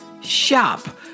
shop